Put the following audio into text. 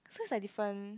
sounds like different